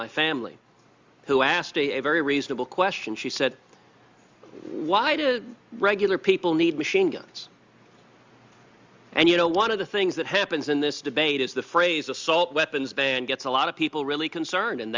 my family who asked a very reasonable question she said why did regular people need machine guns and you know one of the things that happens in this debate is the phrase assault weapons ban gets a lot of people really concerned and